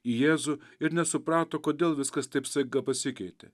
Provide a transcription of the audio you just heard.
į jėzų ir nesuprato kodėl viskas taip staiga pasikeitė